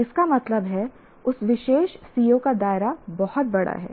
इसका मतलब है उस विशेष CO का दायरा बहुत बड़ा है